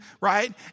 right